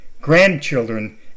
grandchildren